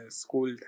school